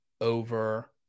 over